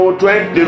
twenty